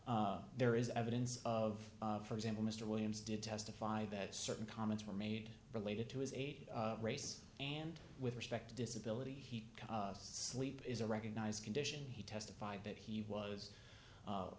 there is evidence of for example mr williams did testify that certain comments were made related to his age race and with respect disability he sleep is a recognized condition he testified that he was